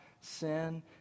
sin